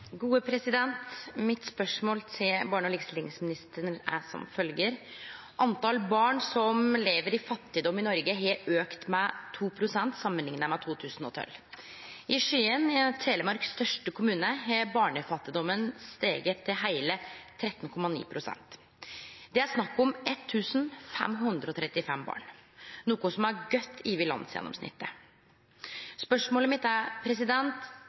som følger: «Antall barn som lever i fattigdom i Norge i dag, har økt med 2 pst. sammenlignet med 2012. I Skien, Telemarks største kommune, har barnefattigdommen steget til hele 13,9 pst. Det er snakk om 1 535 barn, noe som er godt over landsgjennomsnittet.